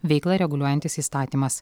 veiklą reguliuojantis įstatymas